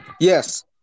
Yes